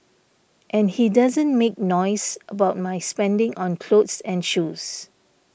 and he doesn't make noise about my spending on clothes and shoes